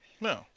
No